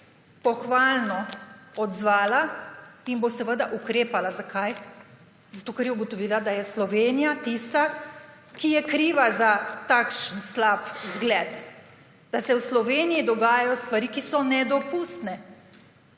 pohvalno odzvala in bo seveda ukrepala. Zakaj? Zato ker je ugotovila, da je Slovenija tista, ki je kriva za takšen slab zgled, da se v Sloveniji dogajajo stvari, ki so nedopustne.